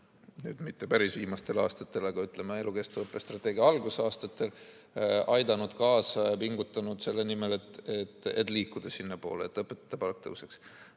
– mitte päris viimastel aastatel, aga ütleme, elukestva õppe strateegia algusaastatel – aidanud kaasa ja pingutanud selle nimel, et liikuda sinnapoole, et õpetajate palk tõuseks.